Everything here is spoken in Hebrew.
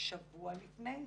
שבוע לפני,